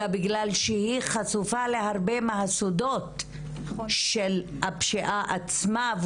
אלא בגלל שהיא חשופה להרבה מהסודות של הפשיעה עצמה,